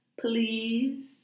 please